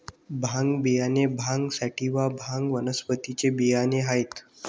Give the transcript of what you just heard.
भांग बियाणे भांग सॅटिवा, भांग वनस्पतीचे बियाणे आहेत